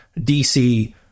DC